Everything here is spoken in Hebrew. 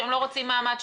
שהם לא רוצים מעמד,